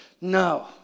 No